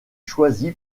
choisi